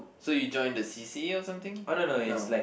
so you joined the c_c_a or something no